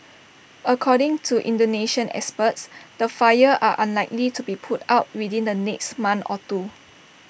according to Indonesian experts the fires are unlikely to be put out within the next month or two